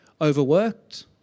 overworked